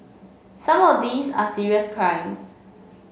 some of these are serious crimes